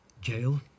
jail